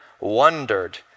wondered